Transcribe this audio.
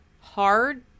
hard